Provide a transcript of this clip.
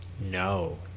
No